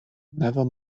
never